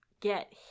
get